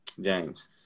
James